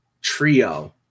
trio